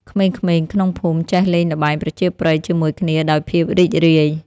ក្មេងៗក្នុងភូមិចេះលេងល្បែងប្រជាប្រិយជាមួយគ្នាដោយភាពរីករាយ។